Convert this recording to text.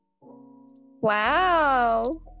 Wow